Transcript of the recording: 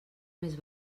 més